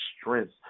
strength